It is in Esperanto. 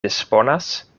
disponas